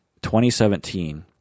2017